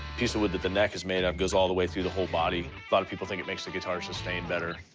piece of wood that the neck is made of goes all the way through the whole body. a lot of people think it makes the guitar sustain better.